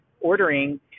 ordering